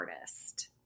artist